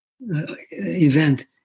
event